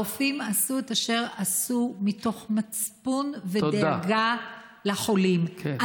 הרופאים עשו את אשר עשו מתוך מצפון ודאגה לחולים.